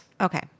Okay